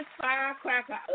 Firecracker